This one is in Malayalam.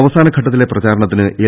അവസാന ഘട്ട ത്തിലെ പ്രചാരണത്തിന് എൽ